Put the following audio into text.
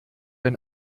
ein